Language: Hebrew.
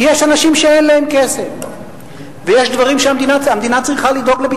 כי יש אנשים שאין להם כסף ויש דברים שהמדינה צריכה לדאוג להם.